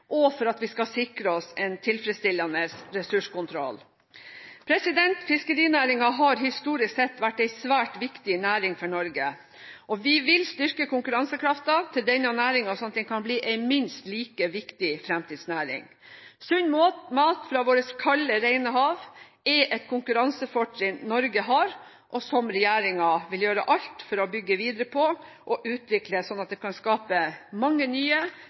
og for at vi skal sikre oss en tilfredsstillende ressurskontroll. Fiskerinæringen har historisk sett vært en svært viktig næring for Norge. Vi vil styrke konkurransekraften til denne næringen, slik at den kan bli en minst like viktig fremtidsnæring. Sunn mat fra våre kalde, rene hav er et konkurransefortrinn Norge har, og som regjeringen vil gjøre alt for å bygge videre på og utvikle, slik at det kan skapes mange nye